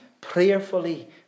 prayerfully